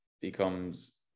becomes